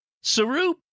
Saru